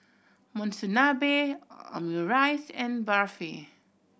Monsunabe Omurice and Barfi